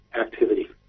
activity